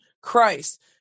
Christ